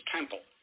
Temple